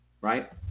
right